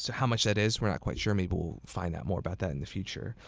so how much that is, we're not quite sure. maybe we'll find out more about that in the future.